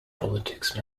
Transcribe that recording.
politics